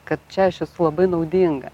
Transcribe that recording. kad čia aš esu labai naudinga